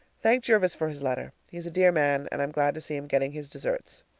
thank jervis for his letter. he's a dear man, and i'm glad to see him getting his deserts.